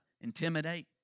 intimidate